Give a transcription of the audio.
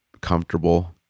comfortable